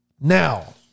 Now